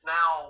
Now